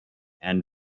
and